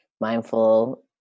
mindful